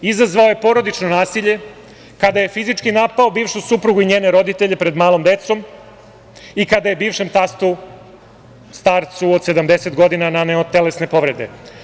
Izazvao je porodično nasilje kada je fizički napao bivšu suprugu i njene roditelje pred malom decom i kada je bivšem tastu, starcu od 70 godina, naneo telesne povrede.